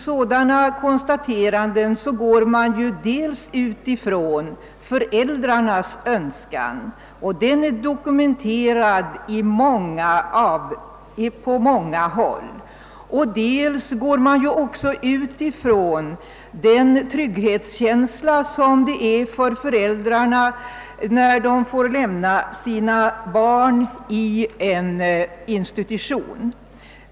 Man utgår därvid dels från föräldrarnas Öönskan — den är dokumenterad på många håll — dels från den trygghetskänsla som det innebär för föräldrarna att få lämna sina barn i en institution.